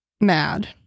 mad